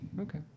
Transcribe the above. Okay